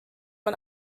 man